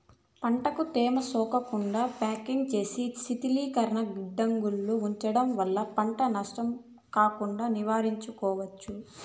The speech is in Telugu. పంటకు తేమ సోకకుండా ప్యాకింగ్ చేసి శీతలీకరణ గిడ్డంగులలో ఉంచడం వల్ల పంట నష్టం కాకుండా నివారించుకోవచ్చు